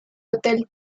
hotel